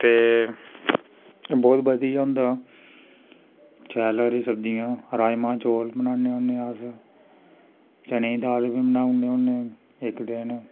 ते बोह्त बधिया होंदा शैल हरी सब्जियां राजमां चौल बनाने होन्ने अस चने दी दाल बी बनाउने होन्ने इक दिन